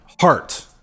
heart